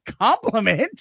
compliment